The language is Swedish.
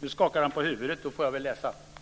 Nu skakar han på huvudet. Då får jag väl läsa ur betänkandet.